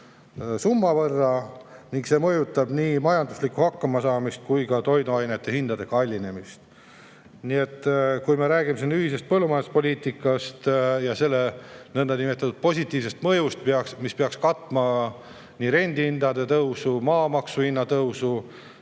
summa võrra ning see mõjutab nii majanduslikku hakkamasaamist kui ka toiduainete hindade kallinemist. Kui me räägime siin ühisest põllumajanduspoliitikast ja selle nõndanimetatud positiivsest mõjust, mis peaks katma nii rendihindade tõusu kui ka maamaksu tõusu,